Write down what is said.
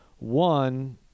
One